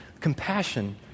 compassion